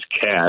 cash